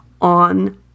on